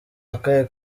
akahe